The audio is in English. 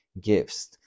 gifts